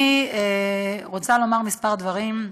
אני רוצה לומר כמה דברים: